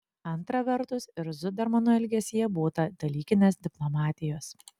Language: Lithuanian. antra vertus ir zudermano elgesyje būta dalykinės diplomatijos